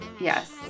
Yes